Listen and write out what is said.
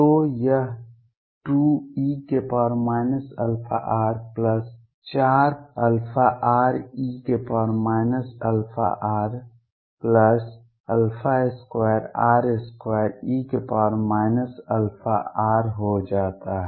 तो यह 2e αr4αre αr2r2e αr हो जाता है